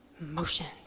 Emotions